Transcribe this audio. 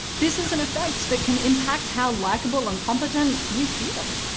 this is an effect that can impact how likeable and competent we feel.